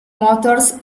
motors